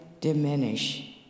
diminish